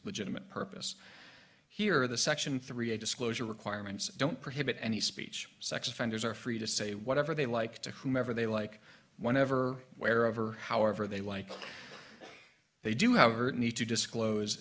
legitimate purpose here the section three a disclosure requirements don't prohibit any speech sex offenders are free to say whatever they like to whomever they like whenever wherever however they like they do however need to disclose